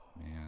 man